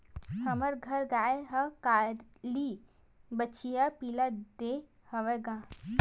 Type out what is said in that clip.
हमर घर गाय ह काली बछिया पिला दे हवय गा